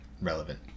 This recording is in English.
relevant